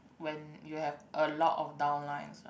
when you have a lot of down lines lah